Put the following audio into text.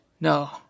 No